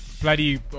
bloody